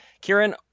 Kieran